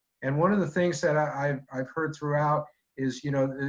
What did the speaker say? and one of the things that i've i've heard throughout is, you know,